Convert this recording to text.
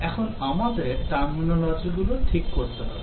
এখন আমাদের Terminology গুলো ঠিক করতে হবে